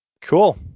cool